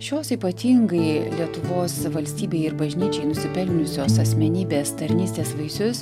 šios ypatingai lietuvos valstybei ir bažnyčiai nusipelniusios asmenybės tarnystės vaisius